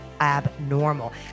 Abnormal